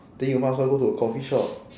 then you might as well go to a coffee shop